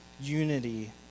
unity